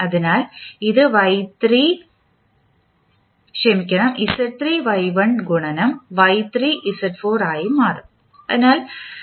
അതിനാൽ ഇത് Z3 Y1 ഗുണനം Y3 Z4 ആയി മാറും